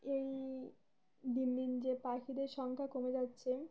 এই দিন দিন যে পাখিদের সংখ্যা কমে যাচ্ছে